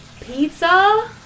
pizza